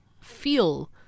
feel